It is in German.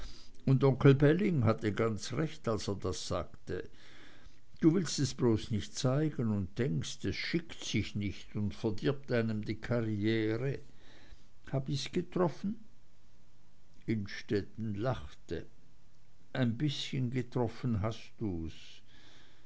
und onkel belling hatte ganz recht als er das sagte du willst es bloß nicht zeigen und denkst es schickt sich nicht und verdirbt einem die karriere hab ich's getroffen innstetten lachte ein bißchen getroffen hast du's